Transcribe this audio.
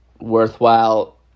worthwhile